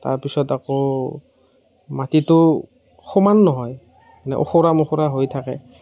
তাৰপিছত আকৌ মাটিটো সমান নহয় ওখোৰা মোখোৰা হৈ থাকে